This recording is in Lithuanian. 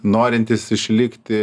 norintys išlikti